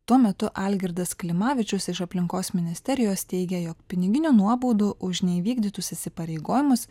tuo metu algirdas klimavičius iš aplinkos ministerijos teigė jog piniginių nuobaudų už neįvykdytus įsipareigojimus